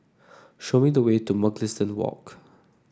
show me the way to Mugliston Walk